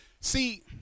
See